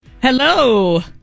Hello